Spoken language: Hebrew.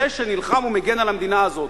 זה שנלחם ומגן על המדינה הזאת,